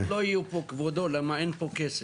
לא יהיו פה, כבודו, למה אין פה כסף.